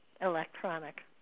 electronic